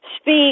speak